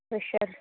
cruiser